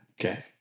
Okay